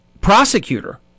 prosecutor